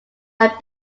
had